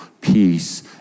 peace